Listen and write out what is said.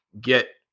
get